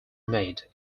made